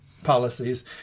policies